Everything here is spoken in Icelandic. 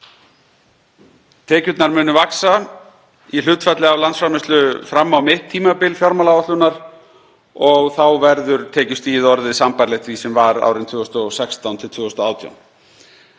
Tekjurnar munu vaxa í hlutfalli af landsframleiðslu fram á mitt tímabil fjármálaáætlunar og verður tekjustigið þá orðið sambærilegt því sem var árin 2016–2018.